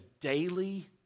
daily